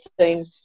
seen